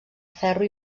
ferro